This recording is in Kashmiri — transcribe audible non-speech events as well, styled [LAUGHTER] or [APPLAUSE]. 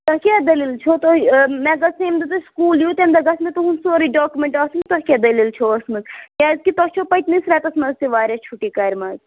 تۄہہِ کیٛاہ دٔلیٖل چھو تُہۍ مےٚ گٔژھ [UNINTELLIGIBLE] ییٚمہِ دۄہ تۄہہِ سکوٗل یِیِو تَمہِ دۄہ گژھِ مےٚ تُہُنٛد سورُے ڈاکِمٮ۪نٛٹ آسٕنۍ تۄہہِ کیٛاہ دٔلیٖل چھو ٲسۍمٕژ کیٛازِکہِ تۄہہِ چھو پٔتۍمِس رٮ۪تَس منٛز تہِ واریاہ چھُٹی کَرِمژ